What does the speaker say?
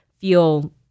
feel